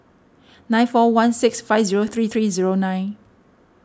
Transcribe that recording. nine four one six five zero three three zero nine